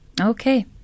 Okay